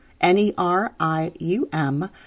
N-E-R-I-U-M